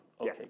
Okay